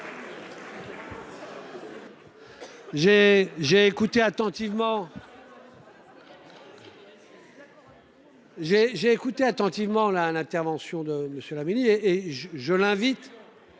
J'ai écouté attentivement l'intervention de M. Laménie, et je l'invite